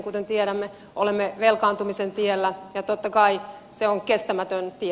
kuten tiedämme olemme velkaantumisen tiellä ja totta kai se on kestämätön tie